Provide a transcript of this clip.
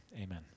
Amen